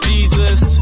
Jesus